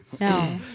No